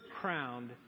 crowned